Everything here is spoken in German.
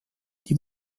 die